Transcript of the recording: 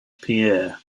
pierre